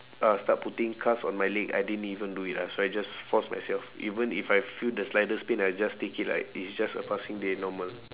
uh start putting cast on my leg I didn't even do it lah so I just force myself even if I feel the slightest pain I'll just take it like it's just a passing day normal